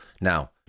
Now